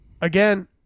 again